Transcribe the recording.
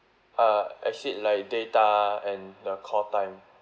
uh as it like data and the call time